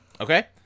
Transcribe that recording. Okay